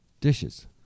Dishes